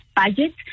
budget